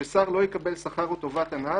ש'שר לא יקבל שכר או טובת הנאה,